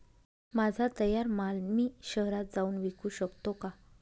माझा तयार माल मी शहरात जाऊन विकू शकतो का?